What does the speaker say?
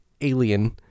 alien